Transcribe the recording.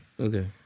Okay